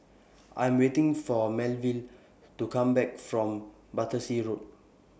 I Am waiting For Melville to Come Back from Battersea Road